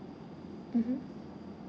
mmhmm